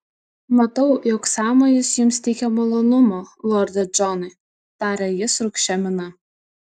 matau jog sąmojis jums teikia malonumo lorde džonai tarė jis rūgščia mina